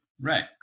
Right